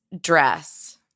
dress